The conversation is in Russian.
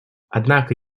однако